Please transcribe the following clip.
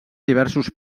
diversos